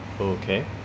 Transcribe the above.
okay